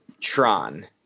Tron